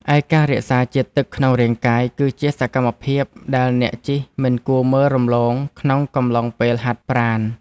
ឯការរក្សាជាតិទឹកក្នុងរាងកាយ គឺជាសកម្មភាពដែលអ្នកជិះមិនគួរមើលរំលងក្នុងកំឡុងពេលហាត់ប្រាណ។